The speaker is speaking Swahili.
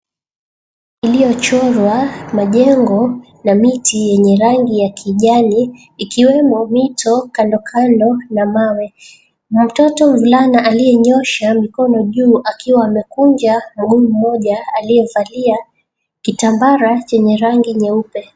Iliyochorwa majengo na miti yenye rangi ya kijani, ikiwemo mito kandokando na mawe. Mtoto mvulana aliyenyosha mikono juu akiwa amekunja mguu mmoja aliyevalia kitambara chenye rangi nyeupe.